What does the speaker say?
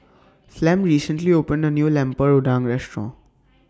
Flem recently opened A New Lemper Udang Restaurant